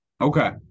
Okay